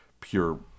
pure